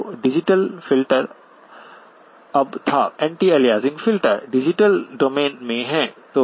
तो digital filter अब था anti aliasing filter digital domain में है